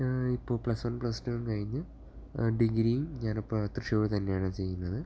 ഇപ്പോൾ plus one plus two കഴിഞ്ഞ് ഞാൻ ഡിഗ്രിയും ഞാനിപ്പോൾ തൃശ്ശൂർ തന്നെയാണ് ചെയ്യുന്നത്